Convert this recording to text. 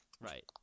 Right